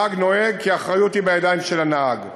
הנהג נוהג כי האחריות היא בידיים של הנהג.